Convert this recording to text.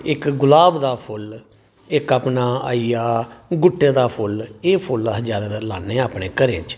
इक गुलाब दा फुल्ल इक अपना आई गेआ गुट्टे दा फुल्ल एह् फुल्ल अस जादातर लान्ने आं अपने घरें बिच्च